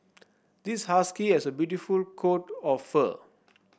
this husky has a beautiful coat of fur